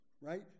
right